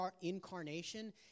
incarnation